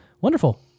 Wonderful